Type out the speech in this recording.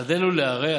חדלו להרע.